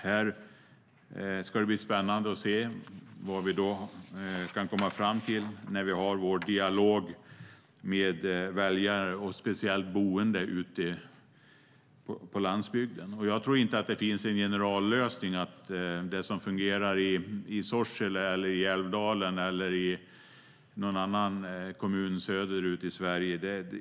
Det ska bli spännande att se vad vi kan komma fram till när vi har vår dialog med väljare, och speciellt boende ute på landsbygden. Jag tror inte att det finns en generallösning. Det som fungerar i Sorsele eller Älvdalen kanske inte fungerar i någon annan kommun söderut i Sverige.